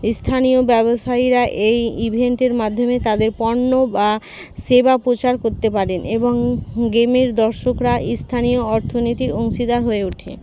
স্থানীয় ব্যবসায়ীরা এই ইভেন্টের মাধ্যমে তাদের পণ্য বা সেবা প্রচার করতে পারেন এবং গেমের দর্শকরা স্থানীয় অর্থনীতির অংশীদার হয়ে ওঠে